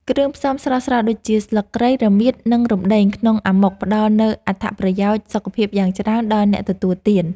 គ្រឿងផ្សំស្រស់ៗដូចជាស្លឹកគ្រៃ រមៀត និងរំដេងក្នុងអាម៉ុកផ្តល់នូវអត្ថប្រយោជន៍សុខភាពយ៉ាងច្រើនដល់អ្នកទទួលទាន។